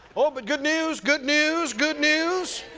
oh, but good news, good news, good news.